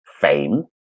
fame